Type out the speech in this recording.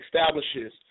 establishes